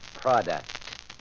product